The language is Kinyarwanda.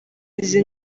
izi